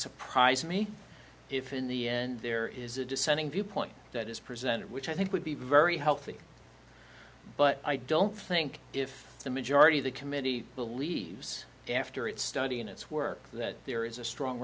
surprise me if in the end there is a dissenting viewpoint that is present which i think would be very healthy but i don't think if the majority of the committee believes after it studying its work that there is a strong